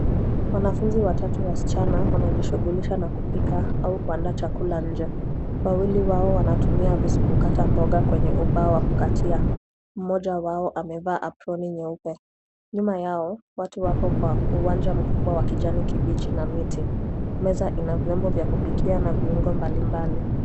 Wanafunzi watatu wasichana wanajishughulisha na kupika au kuandaa chakula nje wawili wao wanatumia visu kukata mboga kwenye ubao wa kukatia mmoja wao amevaa aproni nyeupe nyuma yao watu wapo kwa uwanja mkubwa wa kijani kibichi na miti meza ina vyombo vya kupikia na viungo mbali mbali.